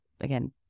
again